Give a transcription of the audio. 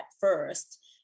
first